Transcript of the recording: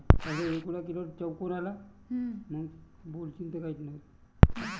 सोल्यासाठी कोनचं यंत्र वापराले पायजे?